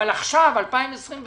אבל עכשיו, 2021,